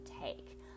take